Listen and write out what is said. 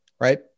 Right